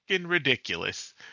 ridiculous